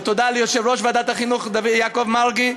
ותודה ליושב-ראש ועדת החינוך יעקב מרגי,